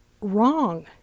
wrong